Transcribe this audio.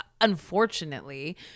unfortunately